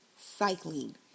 cycling